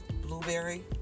blueberry